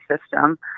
system